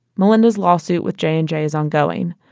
melynda's lawsuit with j and j is ongoing.